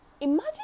imagine